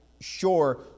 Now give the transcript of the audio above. sure